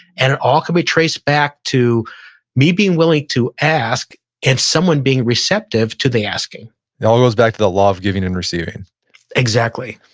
and it all can be traced back to me being willing to ask and someone being receptive to the asking it all goes back to that law of giving and receiving exactly.